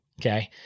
Okay